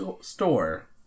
Store